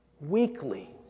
Weekly